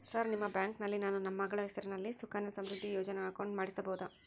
Sir ನಿಮ್ಮ ಬ್ಯಾಂಕಿನಲ್ಲಿ ನಾನು ನನ್ನ ಮಗಳ ಹೆಸರಲ್ಲಿ ಸುಕನ್ಯಾ ಸಮೃದ್ಧಿ ಯೋಜನೆ ಅಕೌಂಟ್ ಮಾಡಿಸಬಹುದಾ?